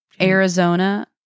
Arizona